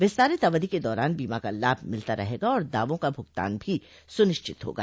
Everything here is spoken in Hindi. विस्तारित अवधि के दौरान बीमा का लाभ मिलता रहेगा और दावों का भुगतान भी सुनिश्चित होगा